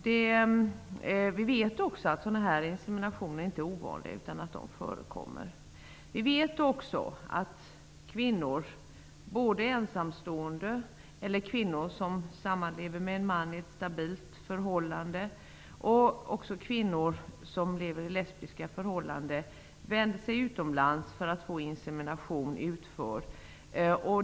Inseminationer av den här typen är inte ovanliga. Ensamstående kvinnor, kvinnor som sammanlever med en man i ett stabilt förhållande eller kvinnor som lever i ett lesbiskt förhållande vänder sig ofta utomlands för att få insemination utförd.